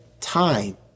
time